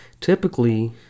typically